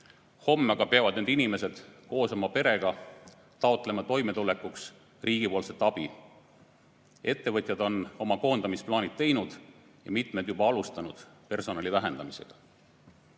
homme aga peavad need inimesed koos oma perega taotlema toimetulekuks riigi abi. Ettevõtjad on oma koondamisplaanid teinud ja mitmed on juba alustanud personali vähendamist. Meie